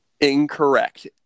Incorrect